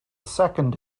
second